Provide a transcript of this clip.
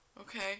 Okay